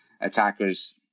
attackers